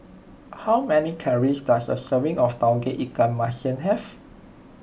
how many calories does a serving of Tauge Ikan Masin have